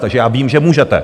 Takže já vím, že můžete.